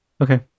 Okay